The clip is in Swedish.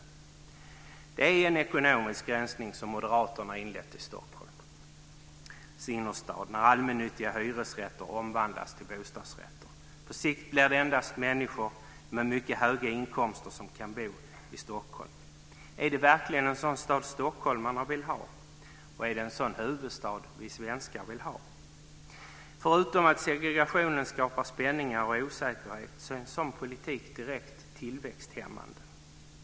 Det är en ekonomisk rensning som Moderaterna inlett i Stockholms innerstad när allmännyttiga hyresrätter omvandlas till bostadsrätter. På sikt blir det endast människor med mycket höga inkomster som kan bo i Stockholm. Är det verkligen en sådan stad som stockholmarna vill ha, och är det en sådan huvudstad som vi svenskar vill ha? Förutom att segregationen skapar spänningar och osäkerhet är en sådan politik direkt tillväxthämmande.